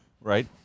Right